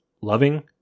loving